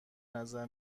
نظر